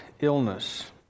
illness